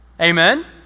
Amen